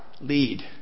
lead